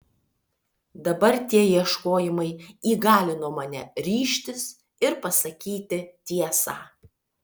dabar tie ieškojimai įgalino mane ryžtis ir pasakyti tiesą